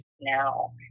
now